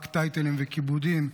רק טייטלים וכיבודים.